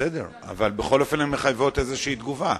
בסדר, אבל הן בכל זאת מחייבות איזו תגובה.